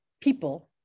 people